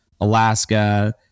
alaska